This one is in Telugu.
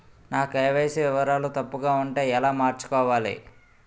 నా కే.వై.సీ వివరాలు తప్పుగా ఉంటే ఎలా మార్చుకోవాలి?